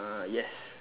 uh yes